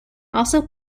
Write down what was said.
also